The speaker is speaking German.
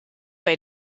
bei